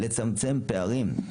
לצמצם פערים,